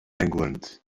england